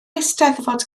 eisteddfod